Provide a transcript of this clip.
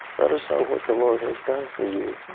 let us know what the lord has done for you you.